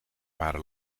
waren